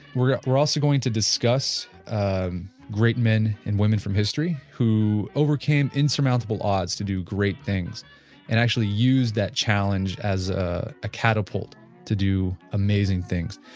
we're we're also going to discuss um great men and women from history who overcame insurmountable odds to great things and actually used that challenge as a catapult to do amazing things.